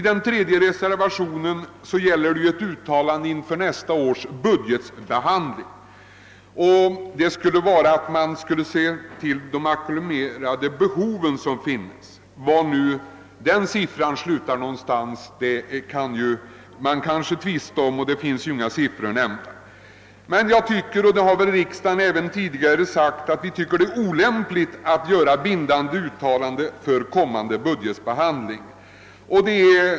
Den tredje reservationen går ut på ett uttalande, att man inför nästa års budgetbehandling skall beakta de ackumulerade anslagsbehov som finns. Vilka belopp det kan gälla kan vi tvista om, och det finns heller ingen siffra nämnd i reservationen. Riksdagen har emellertid tidigare uttalat, att det är olämpligt med bindande uttalanden om kommande budgetbehandling.